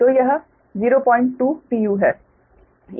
तो यह 020 pu है